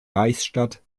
reichsstadt